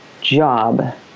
job